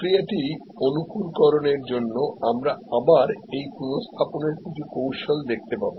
প্রক্রিয়াটি অনুকূলকরণের জন্য আমরা আবার এই পুনঃস্থাপনের কিছু কৌশল দেখতে পাব